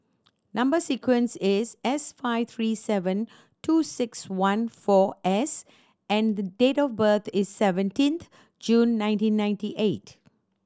number sequence is S five three seven two six one four S and the date of birth is seventeenth June nineteen ninety eight